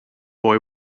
boy